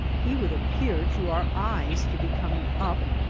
he would appear to our eyes to be coming up,